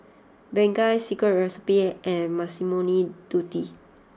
Bengay Secret Recipe and Massimo Dutti